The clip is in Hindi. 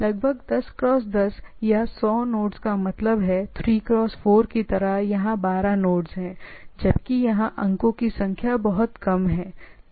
तो लगभग 10 क्रॉस 10 या 100 नोड्स का मतलब है 3 क्रॉस 4 की तरह यहां हम 12 नोड्स हैं जबकि यहां अंकों की संख्या बहुत कम है